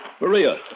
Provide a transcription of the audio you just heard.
Maria